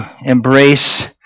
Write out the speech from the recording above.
embrace